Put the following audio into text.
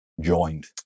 joined